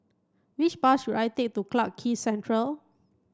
which bus should I take to Clarke Quay Central